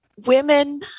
women